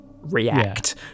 react